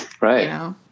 Right